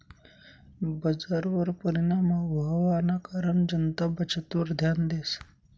बजारवर परिणाम व्हवाना कारण जनता बचतवर ध्यान देस